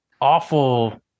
awful